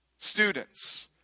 students